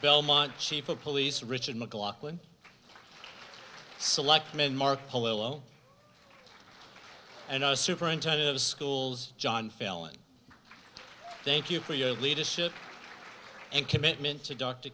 belmont chief of police richard mclaughlin selectman mark polo and superintendent of schools john phelan thank you for your leadership and commitment